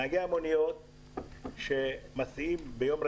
נהגי המוניות שמסיעים ביום רגיל,